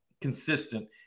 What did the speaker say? consistent